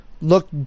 Look